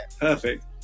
perfect